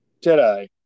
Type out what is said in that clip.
Jedi